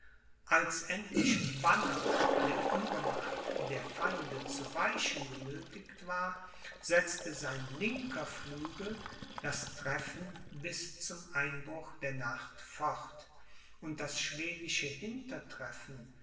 als endlich banner der uebermacht der feinde zu weichen genöthigt war setzte sein linker flügel das treffen bis zum einbruch der nacht fort und das schwedische